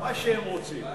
מה שהם רוצים.